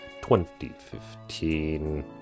2015